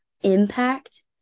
impact